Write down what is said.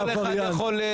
לא כל אחד יכול להתפקד.